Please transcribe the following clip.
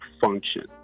function